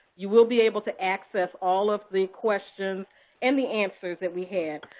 you will be able to access all of the questions and the answers that we had.